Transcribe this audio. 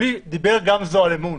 דיבר גמזו על אמון,